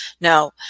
no